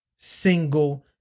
Single